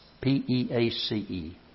P-E-A-C-E